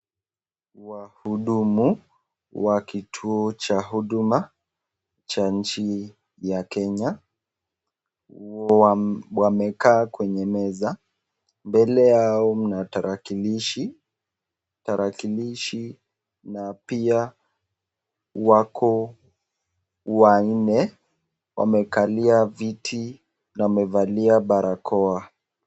Wahudumu wakituo cha huduma cha nchi ya Kenya wamekaa kwenye meza. Mbele yao mna tarakilishi. Tarakilishi na pia wako wanne. Wamekalia viti na wamevalia barakoa.